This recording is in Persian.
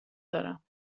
دارم